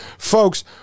Folks